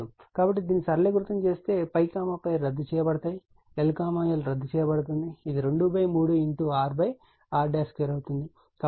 కాబట్టి దీన్ని సరళీకృతం చేస్తే రద్దు చేయబడుతుంది l l రద్దు చేయబడుతుంది ఇది 23r2r2 అవుతుంది